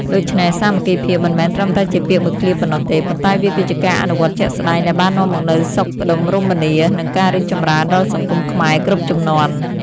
ដូច្នេះ សាមគ្គីភាពមិនមែនត្រឹមតែជាពាក្យមួយឃ្លាប៉ុណ្ណោះទេ ប៉ុន្តែវាគឺជាការអនុវត្តជាក់ស្តែងដែលបាននាំមកនូវសុខដុមរមនា និងការរីកចម្រើនដល់សង្គមខ្មែរគ្រប់ជំនាន់។